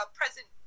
present